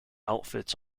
outfits